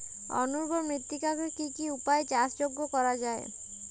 অনুর্বর মৃত্তিকাকে কি কি উপায়ে চাষযোগ্য করা যায়?